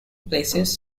places